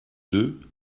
deux